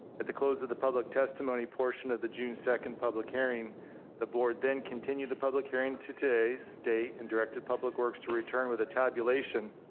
at the close of the public testimony portion of the june second public hearing the board then continued the public hearing today's date and directed public works to return with a tabulation